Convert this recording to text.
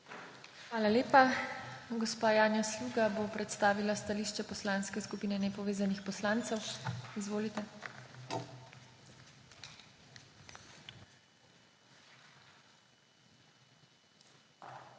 Hvala lepa. Gospa Janja Sluga bo predstavila stališče Poslanske skupine nepovezanih poslancev. Izvolite.